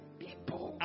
people